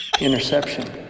Interception